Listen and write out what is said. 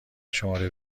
شماره